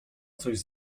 coś